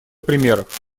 примеров